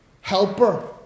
helper